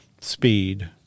Speed